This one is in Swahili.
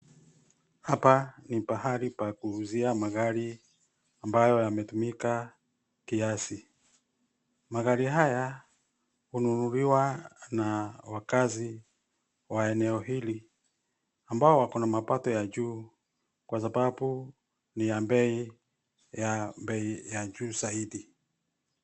Hapa ni pahali pa kuuzia magari ambayo yametumika kiasi. Magari haya hununuliwa na wakazi wa eneo hili ambao wako na mapato ya juu kwa sababu ni ya bei ya juu zaidi.